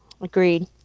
Agreed